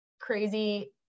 crazy